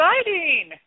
exciting